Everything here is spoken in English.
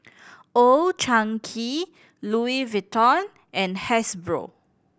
Old Chang Kee Louis Vuitton and Hasbro